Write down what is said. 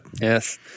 Yes